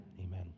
Amen